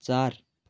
चार